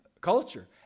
culture